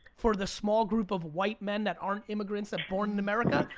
for the small group of white men that aren't immigrants that born in america,